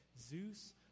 Zeus